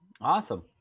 Awesome